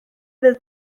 fydd